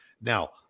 Now